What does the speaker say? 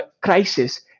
crisis